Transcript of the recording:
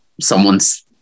someone's